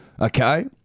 Okay